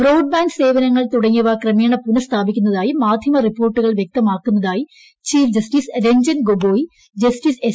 broadband സേവനങ്ങൾ തുടങ്ങിയവ ക്രമേണ പുനസ്ഥാപിക്കുന്നതായി മാധ്യമറിപ്പോർട്ടുകൾ വ്യക്തമാക്കുന്നതായിചീഫ്ജസ്റ്റിസ് രഞ്ജൻ ജസ്റ്റിസ്എസ്